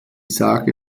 sage